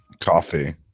Coffee